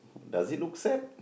does it look sad